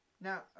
Now